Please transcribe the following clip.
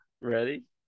Ready